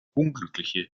unglückliche